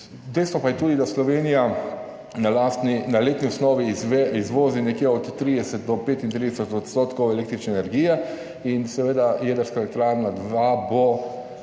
Dejstvo pa je tudi, da Slovenija na letni osnovi izvozi nekje od 30 do 35 % električne energije, seveda bo jedrska elektrarna